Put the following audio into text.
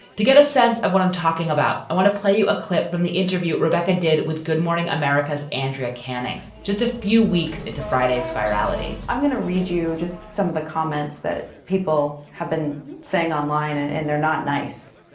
to get a sense of what i'm talking about. i want to play you a clip from the interview. rebecca did it with good morning america's andrea canning just a few weeks into fris vitality i'm going to read you just some of the comments that people have been saying online. and and they're not nice.